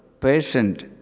patient